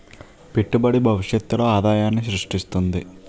పెట్టుబడి భవిష్యత్తులో ఆదాయాన్ని స్రృష్టిస్తుంది